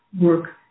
work